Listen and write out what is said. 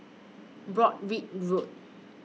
Broadrick Road